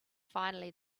finally